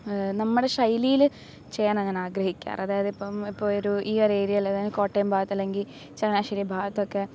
നമ്മുടെ ശൈലിയിൽ ചെയ്യാനാണ് ഞാൻ ആഗ്രഹിക്കാറ് അതായത് ഇപ്പം ഇപ്പമൊരു ഈ ഒരേര്യയിൽ അതായത് കോട്ടയം ഭാഗത്ത് അല്ലെങ്കിൽ ചങ്ങനാശ്ശേരി ഭാഗത്തൊക്കെ